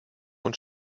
und